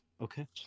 Okay